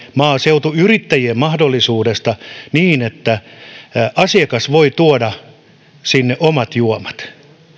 maaseutuyrittäjien mahdollisuudesta niin että asiakas voi tuoda sinne omat juomat